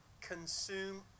consume